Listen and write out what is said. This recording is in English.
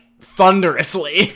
thunderously